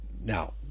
Now